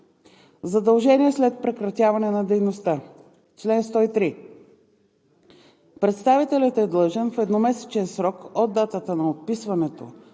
Задължения след прекратяване на дейността Чл. 103. Представителят е длъжен в едномесечен срок от датата на отписването